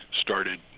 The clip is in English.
started